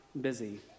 busy